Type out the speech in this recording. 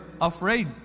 afraid